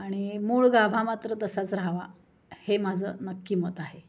आणि मूळ गाभा मात्र तसाच राहावा हे माझं नक्की मत आहे